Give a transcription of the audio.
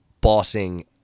bossing